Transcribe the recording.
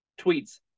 tweets